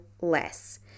less